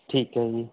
ਠੀਕ ਹੈ ਜੀ